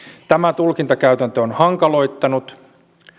tämä tulkintakäytäntö on hankaloittanut